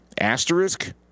Asterisk